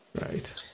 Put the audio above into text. Right